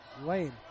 lane